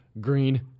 green